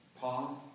pause